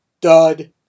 Dud